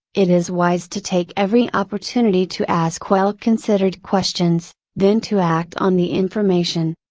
it is wise to take every opportunity to ask well considered questions, then to act on the information.